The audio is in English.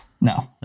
No